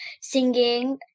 singing